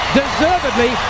deservedly